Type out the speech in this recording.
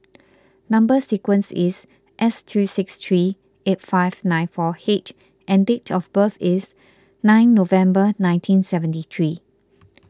Number Sequence is S two six three eight five nine four H and date of birth is nine November nineteen seventy three